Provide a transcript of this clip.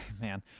Man